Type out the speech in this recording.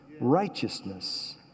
righteousness